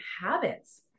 habits